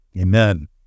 Amen